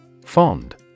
Fond